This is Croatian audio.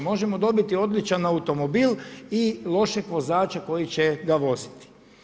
Možemo dobiti odličan automobil i lošeg vozača koji će ga voziti.